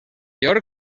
york